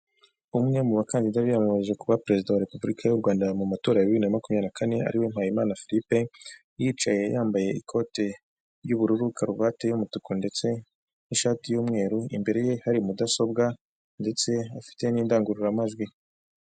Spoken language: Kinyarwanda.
Umwe mu bakandida biyamamarije kuba perezida wa repubulika y'u Rwanda mu matora, ya bibiri na makumyabiri na kane ariwe Mpayimana Philipe, yicaye yambaye ikote ry'ubururu, karuvati y'umutuku, ndetse n'ishati y'umweru, imbere ye hari mudasobwa ndetse afite n'indangururamajwi.